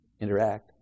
interact